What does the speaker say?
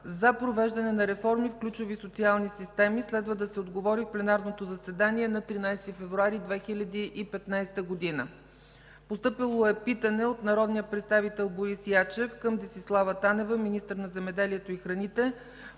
за провеждане на реформи в ключови социални системи. Следва да се отговори в пленарното заседание на 13 февруари 2015 г.; - от народния представител Борис Ячев към Десислава Танева – министър на земеделието и храните,